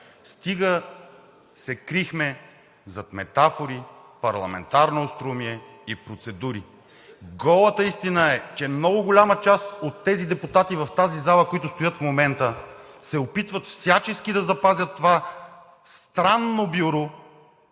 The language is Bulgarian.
Стига се крихме зад метафори, парламентарно остроумие и процедури. Голата истина е, че много голяма част от тези депутати в тази зала, които стоят в момента, се опитват всячески да запазят това странно Бюро